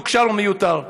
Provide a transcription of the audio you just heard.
מתוקשר ומיותר.